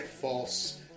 false